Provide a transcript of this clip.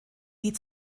wie